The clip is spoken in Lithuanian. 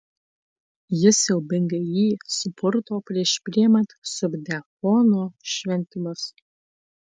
jis siaubingai jį supurto prieš priimant subdiakono šventimus